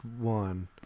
one